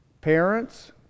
parents